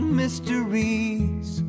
mysteries